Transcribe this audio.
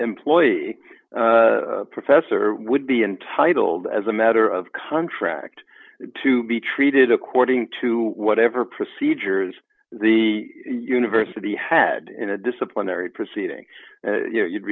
employee professor would be entitled as a matter of contract to be treated according to whatever procedures the university had in a disciplinary proceedings